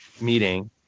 meeting